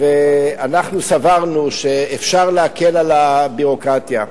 אנחנו סברנו שאפשר להקל על הביורוקרטיה.